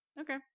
Okay